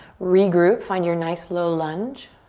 regroup, find your nice low lunge.